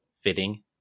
fitting